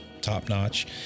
top-notch